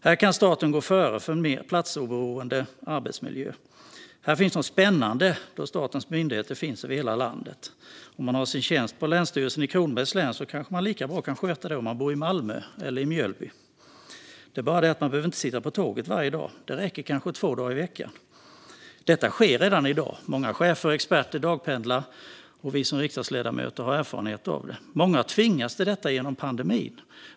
Staten kan gå före för en mer platsoberoende arbetsmiljö. Här finns något spännande då statens myndigheter finns över hela landet. Om man har sin tjänst på Länsstyrelsen i Kronobergs län kanske man kan sköta den lika bra om man bor i Malmö eller i Mjölby. Det är bara det att man inte behöver sitta på tåget varje dag. Det räcker kanske med två dagar i veckan. Detta sker redan i dag. Många chefer och experter dagpendlar, och vi som riksdagsledamöter har erfarenhet av detta. Många har tvingats till det i och med pandemin.